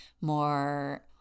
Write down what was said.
more